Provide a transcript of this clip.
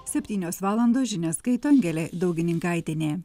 septynios valandos žinias skaito angelė daugininkaitienė